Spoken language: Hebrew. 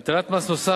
הטלת מס נוסף,